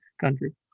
country